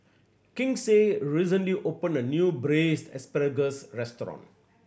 Kinsey recently opened a new Braised Asparagus restaurant